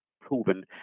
proven